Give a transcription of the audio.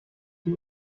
wie